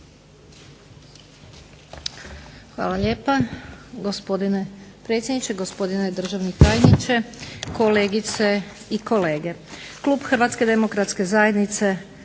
Hvala lijepa. Gospodine predsjedniče, gospodine državni tajniče, kolegice i kolege. Klub Hrvatske demokratske zajednice